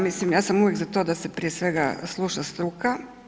Mislim ja sam uvijek za to da se prije svega sluša struka.